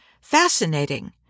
fascinating